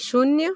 शून्य